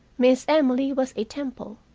miss emily was a temple,